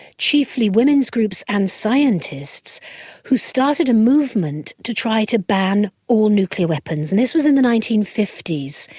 chiefly women's groups and scientists who started a movement to try to ban all nuclear weapons, and this was in the nineteen fifty s.